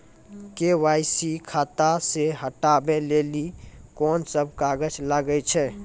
KYC खाता C हटाबै लेली कोंन सब कागज लगे छै?